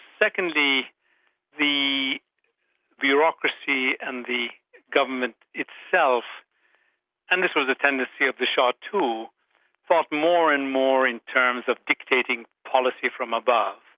secondly the bureaucracy and the government itself and this was a tendency of the shah too thought more and more in terms of dictating policy from above.